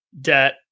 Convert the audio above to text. debt